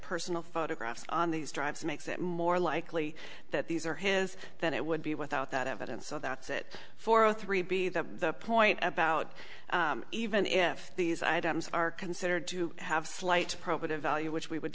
personal photographs on these drives makes it more likely that these are his than it would be without that evidence so that's it for zero three be that the point about even if these items are considered to have slight probative value which we would